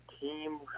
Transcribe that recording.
team